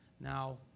Now